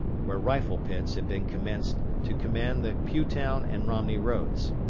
where rifle pits had been commenced to command the pughtown and romney roads.